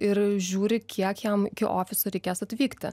ir žiūri kiek jam iki ofiso reikės atvykti